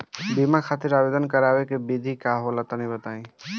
बीमा खातिर आवेदन करावे के विधि का होला तनि बताईं?